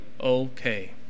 okay